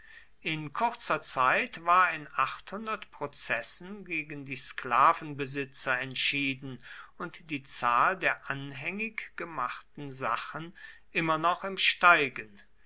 in kurzer zeit war in achthundert prozessen gegen die sklavenbesitzer entschieden und die zahl der anhängig gemachten sachen immer noch im steigen